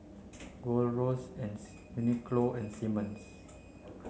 Gold Roast Uniqlo and Simmons